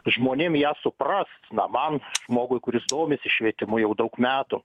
žmonėm ją suprast na man žmogui kuris domisi švietimu jau daug metų